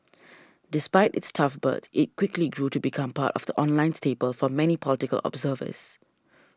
despite its tough birth it quickly grew to become part of the online staple for many political observers